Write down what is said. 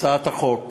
הצעת החוק